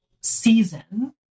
season